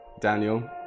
Daniel